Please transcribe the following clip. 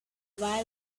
why